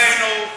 הם סומכים עלינו,